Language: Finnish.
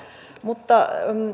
mutta